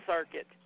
Circuit